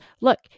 look